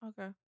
Okay